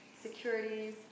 securities